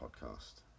podcast